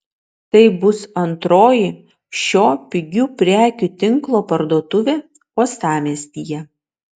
tai bus antroji šio pigių prekių tinklo parduotuvė uostamiestyje